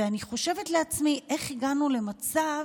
ואני חושבת לעצמי איך הגענו למצב